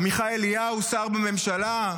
עמיחי אליהו, שר בממשלה?